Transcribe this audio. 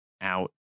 out